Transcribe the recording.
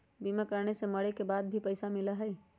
बीमा कराने से मरे के बाद भी पईसा मिलहई?